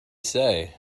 say